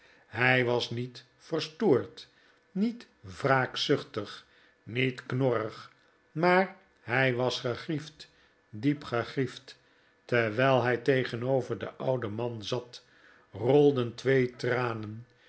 hij was niet verstoord niet wraakzuchtig niet knorrig maar hij was gegriefd diep gegriefd terwijl hij tegenover den ouden man zat rolden twee tranen